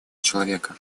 человека